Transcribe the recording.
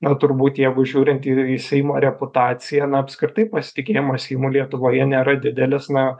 na turbūt jeigu žiūrint į į seimo reputaciją na apskritai pasitikėjimas seimu lietuvoje nėra didelis na